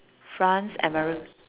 france americ~